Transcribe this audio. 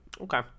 okay